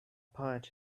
part